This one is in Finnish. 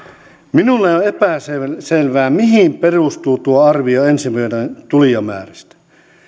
minulle on epäselvää mihin perustuu tuo arvio ensi vuoden tulijamäärästä